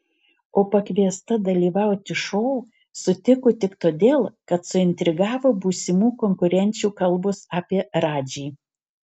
o pakviesta dalyvauti šou sutiko tik todėl kad suintrigavo būsimų konkurenčių kalbos apie radžį